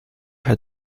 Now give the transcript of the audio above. had